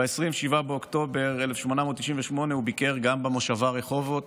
ב-27 באוקטובר 1898 הוא ביקר גם במושבה רחובות